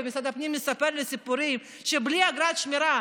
ומשרד הפנים מספר לי סיפורים שבלי אגרת שמירה